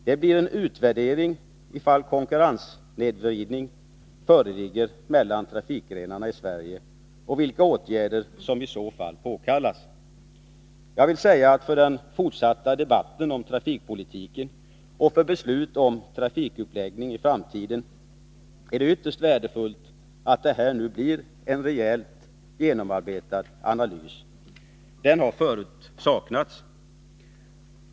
Det blir en utvärdering huruvida konkurrenssnedvridning föreligger mellan trafikgrenarna i Sverige och vilka åtgärder som i så fall påkallas. Jag vill säga, för den fortsatta debatten om trafikpolitiken och för beslut om trafikuppläggning i framtiden, att det är ytterst värdefullt att detta nu blir en rejält genomarbetad analys. En sådan har förut saknats.